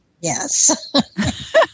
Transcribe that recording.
Yes